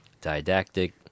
didactic